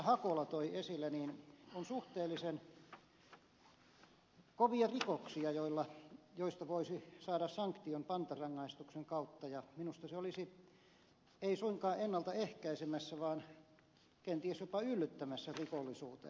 hakola toi esille niin on suhteellisen kovia rikoksia joista voisi saada sanktion pantarangaistuksen kautta ja minusta se olisi ei suinkaan ennalta ehkäisemässä vaan kenties jopa yllyttämässä rikollisuuteen